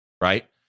Right